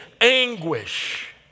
anguish